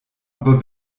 aber